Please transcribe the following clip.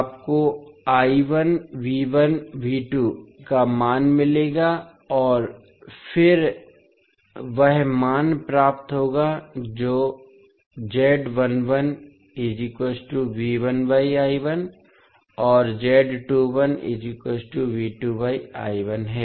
आपको का मान मिलेगा और फिर वह मान प्राप्त होगा जो और है